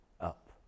up